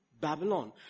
Babylon